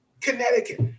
Connecticut